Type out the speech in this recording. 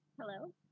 Hello